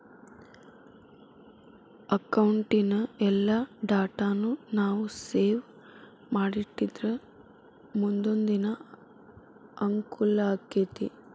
ಅಕೌಟಿನ್ ಎಲ್ಲಾ ಡಾಟಾನೂ ನಾವು ಸೇವ್ ಮಾಡಿಟ್ಟಿದ್ರ ಮುನ್ದೊಂದಿನಾ ಅಂಕೂಲಾಕ್ಕೆತಿ